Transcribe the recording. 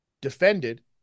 Defended